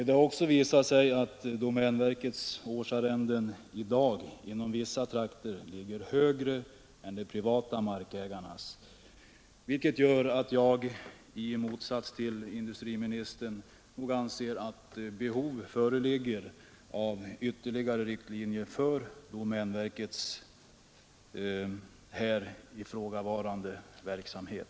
Det har också visat sig att domänverkets årsarrenden i dag inom vissa trakter ligger högre än de privata markägarnas, vilket gör att jag i motsats till industriministern nog anser att behov föreligger av ytterligare riktlinjer för domänverkets ifrågavarande verksamhet.